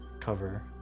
cover